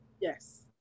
Yes